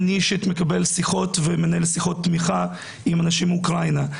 אני אישית מקבל שיחות ומנהל שיחות תמיכה עם אנשים מאוקראינה,